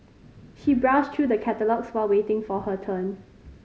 she browsed through the catalogues while waiting for her turn